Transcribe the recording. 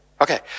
Okay